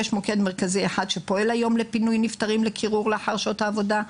יש מוקד מרכזי אחד שפועל היום לפינוי נפטרים לקירור לאחר שעות העבודה.